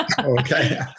Okay